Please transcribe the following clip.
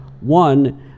one